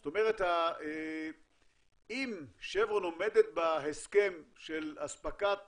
זאת אומרת אם 'שברון' עומדת בהסכם של אספקת